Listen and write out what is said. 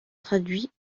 traduits